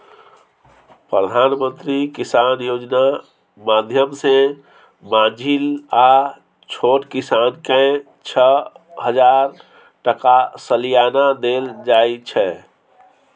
प्रधानमंत्री किसान योजना माध्यमसँ माँझिल आ छोट किसानकेँ छअ हजार टका सलियाना देल जाइ छै